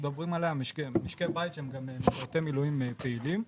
משרתי מילואים פעילים.